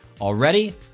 already